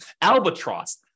Albatross